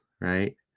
right